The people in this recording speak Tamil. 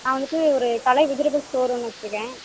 நான் வந்துவிட்டு ஒரு கலை வெஜிடேபுள் ஸ்டோர் ஒன்று வெச்சுருக்கேன்